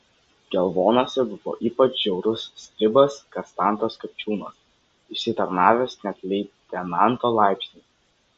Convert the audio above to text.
gelvonuose buvo ypač žiaurus stribas kastantas kupčiūnas išsitarnavęs net leitenanto laipsnį